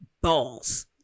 balls